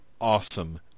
awesome